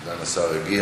סגן השר הגיע.